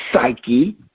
psyche